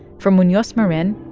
for munoz marin,